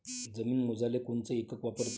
जमीन मोजाले कोनचं एकक वापरते?